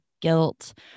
guilt